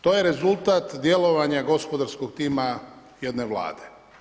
To je rezultat djelovanja gospodarskog tima jedne Vlade.